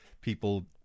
people